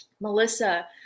Melissa